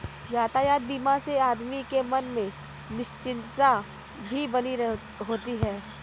यातायात बीमा से आदमी के मन में निश्चिंतता भी बनी होती है